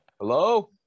hello